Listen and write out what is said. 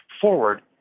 forward